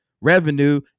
revenue